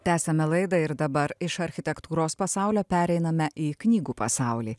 tęsiame laidą ir dabar iš architektūros pasaulio pereiname į knygų pasaulį